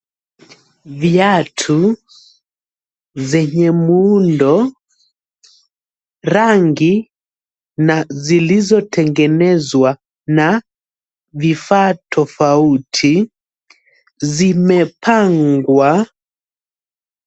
Viatu zenye muundo, rangi na zilizotengenezwa na vifaa tofauti, zimepangwa.